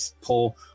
pull